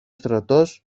στρατός